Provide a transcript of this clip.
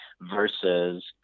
versus